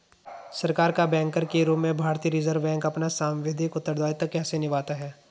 सरकार का बैंकर के रूप में भारतीय रिज़र्व बैंक अपना सांविधिक उत्तरदायित्व कैसे निभाता है?